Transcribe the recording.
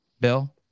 bill